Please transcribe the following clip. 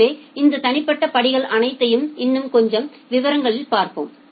எனவே இந்த தனிப்பட்ட படிகள் அனைத்தையும் இன்னும் கொஞ்சம் விவரங்களில் பார்ப்போம்